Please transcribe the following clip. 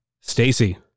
stacy